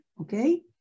okay